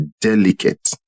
delicate